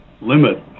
limit